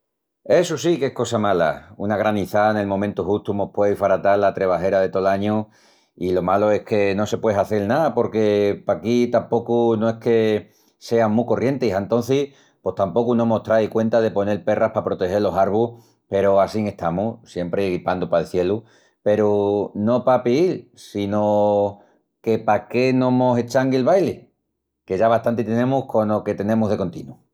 Essu sí que es cosa mala. Una granizá nel momentu justu mos puei faratal la trebajera de tol añu i lo malu es que no se puei hazel ná porque paquí tapocu no es que sean mu corrientis antocis pos tapocu no mos trai cuenta de ponel perras pa protegel los arvus peru assín estamus, siempri guipandu pal cielu, peru no pa piíl sino que paque no mos eschanguin el baili, que ya bastanti tenemus cono que tenemus de continu.